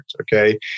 Okay